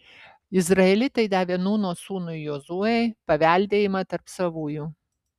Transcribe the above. izraelitai davė nūno sūnui jozuei paveldėjimą tarp savųjų